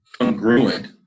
congruent